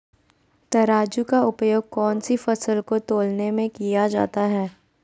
तराजू का उपयोग कौन सी फसल को तौलने में किया जाता है?